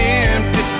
empty